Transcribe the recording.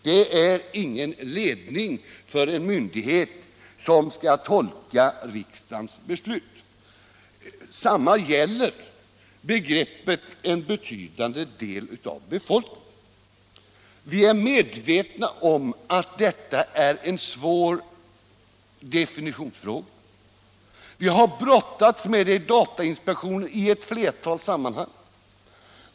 Det är ingen ledning för en myndighet som skall tolka riksdagens beslut. Detsamma gäller begreppet ”en betydande del av befolkningen”. Vi är medvetna om att detta är en svår definitionsfråga. Vi har brottats med den i datainspektionen i ett flertal sammanhang.